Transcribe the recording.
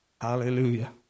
hallelujah